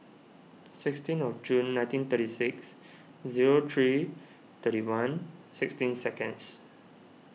sixteen of June nineteen thirty six zero three thirty one sixteen seconds